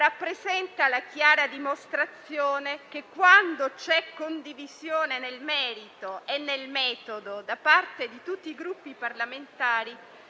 rappresenta la chiara dimostrazione che, quando c'è condivisione nel merito e nel metodo da parte di tutti i Gruppi parlamentari,